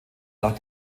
nach